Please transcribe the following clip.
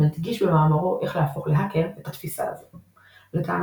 מדגיש במאמרו "איך להפוך להאקר" את התפיסה הזו לטענתו,